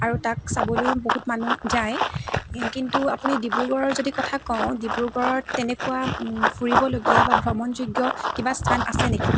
আৰু তাক চাবলৈও বহুত মানুহ যায় কিন্তু আপুনি ডিব্ৰুগৰৰ যদি কথা কওঁ ডিব্ৰুগড়ত তেনেকুৱা ফুৰিবলগীয়া বা ভ্ৰমণ যোগ্য কিবা স্থান আছে নেকি